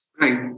Right